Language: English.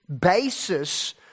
basis